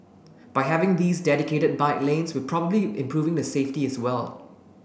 by having these dedicated bike lanes we're probably improving the safety as well